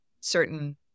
certain